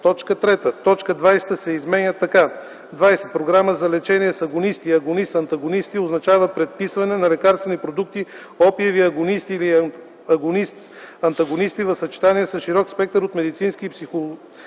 3. Точка 20 се изменя така: „20. „Програма за лечение с агонисти и агонист-антагонисти” означава предписване на лекарствени продукти (опиеви агонисти или агонист-антагонисти) в съчетание с широк спектър от медицински и психосоциални